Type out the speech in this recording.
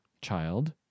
child